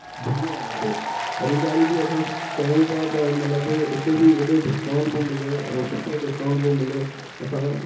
घुमी आहियासीं ख़रीदारी बि असां कयूं पिया त मतिलबु उते बि एॾो डिस्काउंट पियो मिले ऐं सुठो डिस्काउंट पियो मिले असां